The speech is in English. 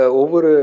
over